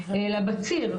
אין לנו נגיעה אליהם?